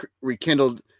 rekindled